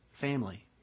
family